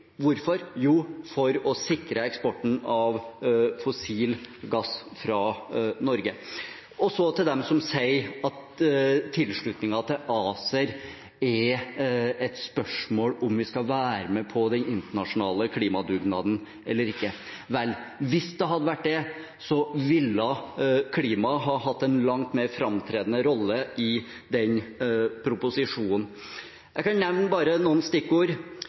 Hvorfor? Jo, for å sikre eksporten av fossil gass fra Norge. Så til dem som sier at tilslutningen til ACER er et spørsmål om vi skal være med på den internasjonale klimadugnaden eller ikke. Vel, hvis det hadde vært det, ville klimaet hatt en langt mer framtredende rolle i denne proposisjonen. Jeg kan nevne noen stikkord: